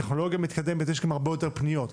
הטכנולוגיה המתקדמת יש גם הרבה יותר פניות,